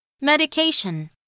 Medication